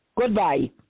Goodbye